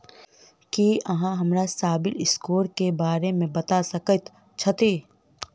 की अहाँ हमरा सिबिल स्कोर क बारे मे बता सकइत छथि?